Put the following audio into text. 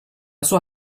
sua